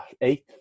Eighth